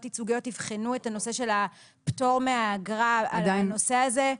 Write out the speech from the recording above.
ייצוגיות יבחנו את הנושא של הפטור מהאגרה על הנושא הזה.